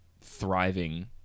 thriving